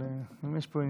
אבל אם יש פה עניינים,